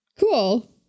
Cool